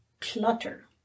clutter